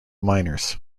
miners